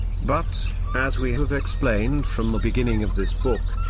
but, as we have explained from the beginning of this book,